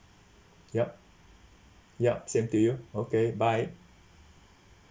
yup yup same to you okay bye